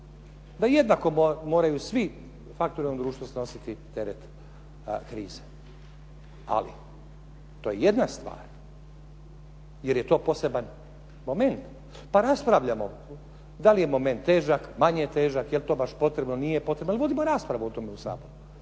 da jednako moraju svi faktoru u ovom društvu snositi teret krize, ali to je jedna stvar jer je to poseban moment. Pa raspravljamo da li je moment težak, manje težak? Je li to baš potrebno, nije potrebno, ali vodimo raspravu o tome u Saboru